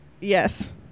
Yes